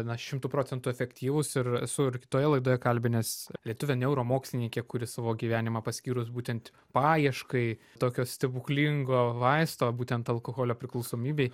na šimtu procentų efektyvūs ir esu ir kitoje laidoje kalbinęs lietuvę neuromokslininkę kuri savo gyvenimą paskyrus būtent paieškai tokio stebuklingo vaisto būtent alkoholio priklausomybei